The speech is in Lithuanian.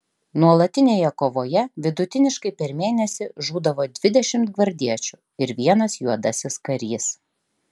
nuolatinėje kovoje vidutiniškai per mėnesį žūdavo dvidešimt gvardiečių ir vienas juodasis karys